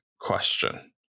question